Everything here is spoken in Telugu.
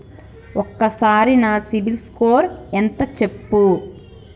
ఒక్కసారి నా సిబిల్ స్కోర్ ఎంత చెప్పు?